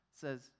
says